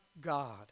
God